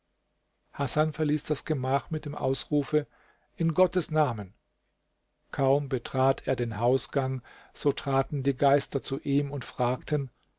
hasan verließ das gemach mit den ausrufe in gottes namen kaum betrat er den hausgang so traten die geister zu ihm und fragten